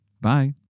Bye